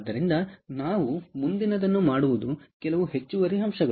ಆದ್ದರಿಂದ ನಾವು ಮುಂದಿನದನ್ನು ಮಾಡುವುದು ಕೆಲವು ಹೆಚ್ಚುವರಿ ಅಂಶಗಳು